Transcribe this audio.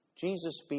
Jesus